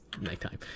nighttime